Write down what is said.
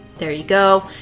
there you go.